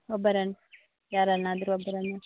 ಒಬ್ಬರನ್ನು ಯಾರನ್ನಾದರು ಒಬ್ಬರನ್ನ